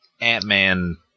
Ant-Man